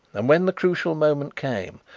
and when the crucial moment came,